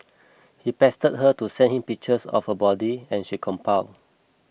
he pestered her to send him pictures of her body and she complied